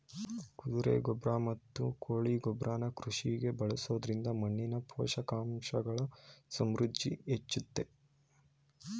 ಕುದುರೆ ಗೊಬ್ರ ಮತ್ತು ಕೋಳಿ ಗೊಬ್ರನ ಕೃಷಿಗೆ ಬಳಸೊದ್ರಿಂದ ಮಣ್ಣಿನ ಪೋಷಕಾಂಶಗಳ ಸಮೃದ್ಧಿ ಹೆಚ್ಚುತ್ತೆ